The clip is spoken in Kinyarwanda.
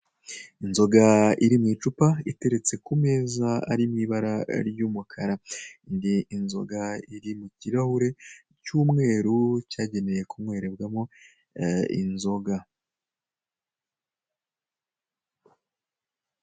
Inzoga iri mu icupa iteretse ku meza ari mu ibara ry'umukara inzoga iri mu kirahure cy'umweru cyagenewe kunywerebwamo inzoga.